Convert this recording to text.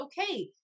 okay